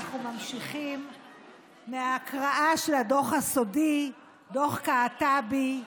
אנחנו ממשיכים בהקראה של הדוח הסודי, דוח קעטבי.